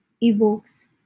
evokes